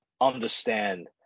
understand